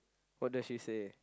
what does she say